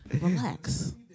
relax